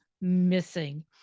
missing